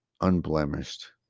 unblemished